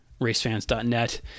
racefans.net